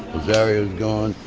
rosario's gone.